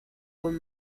aún